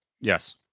Yes